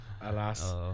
Alas